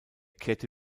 kehrte